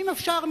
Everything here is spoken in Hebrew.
ואם אפשר,